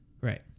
Right